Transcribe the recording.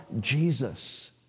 Jesus